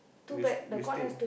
you you stay